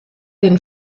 den